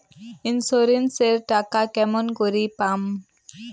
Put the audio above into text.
Insurance এর টাকা কেমন করি পাম?